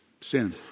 Sin